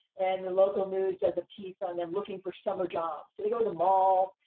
and the local news does a piece on them looking for summer jobs. so they go to the mall.